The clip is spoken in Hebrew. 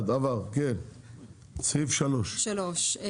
הצבעה הסעיף אושר.